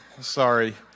sorry